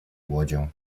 łodzią